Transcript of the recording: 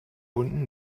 hunden